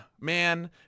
man